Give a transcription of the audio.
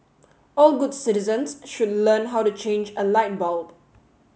all good citizens should learn how to change a light bulb